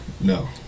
No